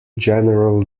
general